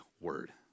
word